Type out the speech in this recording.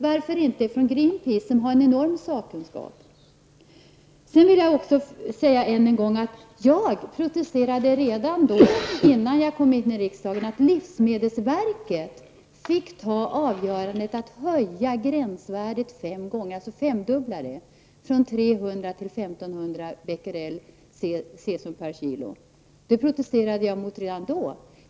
Varför inte en forskare från Greenpeace, som ju har enorma sakkunskaper? Sedan vill jag än en gång poängtera att jag protesterade redan innan jag kom in i riksdagen mot att livsmedelsverket fick avgöra och höja gränsvärdet fem gånger, alltså femdubbla, från 300 till 1500 bequerel cesium per kilo.